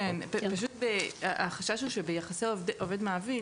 החשש הוא שביחסי עובד-מעביד,